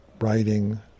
writing